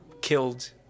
killed